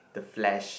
the flesh